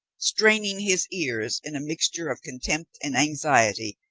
straining his ears, in a mixture of contempt and anxiety,